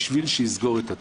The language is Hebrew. בשביל שיסגור את התיק.